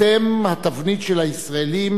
אתם התבנית של הישראלים